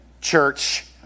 church